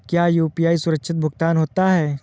क्या यू.पी.आई सुरक्षित भुगतान होता है?